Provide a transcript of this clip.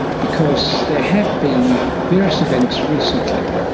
because there have been various events recently,